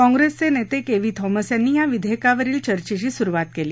काँग्रेसचे नेते केव्ही थौमस यांनी या विधेयकावरील चर्चेची सुरुवात केली